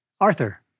Arthur